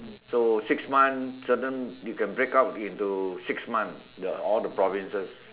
so six month certain you can break out into six month the all the provinces